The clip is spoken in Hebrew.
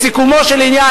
בסיכומו של עניין,